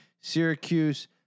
Syracuse